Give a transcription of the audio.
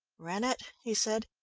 rennett, he said,